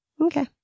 Okay